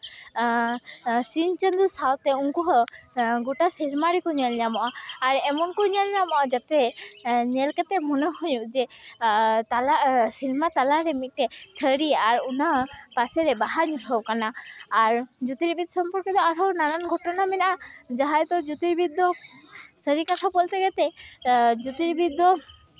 ᱥᱤᱧ ᱪᱟᱸᱫᱚ ᱥᱟᱶᱛᱮ ᱩᱱᱠᱩ ᱦᱚᱸ ᱜᱳᱴᱟ ᱥᱮᱨᱢᱟ ᱨᱮᱠᱚ ᱧᱮᱞ ᱧᱟᱢᱚᱜᱼᱟ ᱟᱨ ᱮᱢᱚᱱ ᱠᱚ ᱧᱮᱞ ᱧᱟᱢᱚᱜᱼᱟ ᱡᱟᱛᱮ ᱧᱮᱞ ᱠᱟᱛᱮᱫ ᱢᱚᱱᱮ ᱦᱩᱭᱩᱜ ᱡᱮ ᱛᱟᱞᱟ ᱥᱮᱨᱢᱟ ᱛᱟᱞᱟ ᱨᱮ ᱢᱤᱫᱴᱮᱡ ᱛᱷᱟᱹᱨᱤ ᱟᱨ ᱚᱱᱟ ᱯᱟᱥᱮ ᱨᱮ ᱵᱟᱦᱟ ᱧᱩᱨᱦᱟᱹ ᱠᱟᱱᱟ ᱟᱨ ᱡᱳᱛᱤᱨᱵᱤᱫ ᱥᱚᱢᱯᱚᱨᱠᱮ ᱫᱚ ᱟᱨᱦᱚᱸ ᱱᱟᱱᱟᱱ ᱜᱷᱚᱴᱚᱱᱟ ᱢᱮᱱᱟᱜᱼᱟ ᱡᱟᱦᱟᱸᱭ ᱫᱚ ᱡᱳᱛᱤᱨᱵᱤᱫ ᱫᱚ ᱥᱟᱹᱨᱤ ᱠᱟᱛᱷᱟ ᱵᱚᱞᱛᱮ ᱡᱟᱛᱮ ᱡᱳᱛᱤᱨᱵᱤᱫ ᱫᱚ